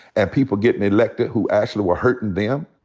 and people gettin' elected who actually were hurtin' them,